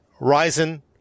Ryzen